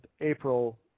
April